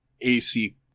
AC